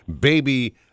baby